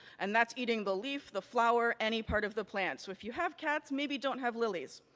and that's eating the leaf, the flower, any part of the plant. so if you have cats maybe don't have lilies.